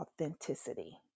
authenticity